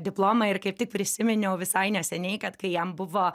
diplomą ir kaip tik prisiminiau visai neseniai kad kai jam buvo